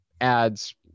ads